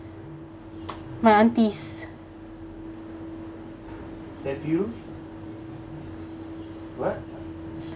my aunties